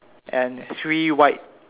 and three white